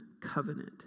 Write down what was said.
Covenant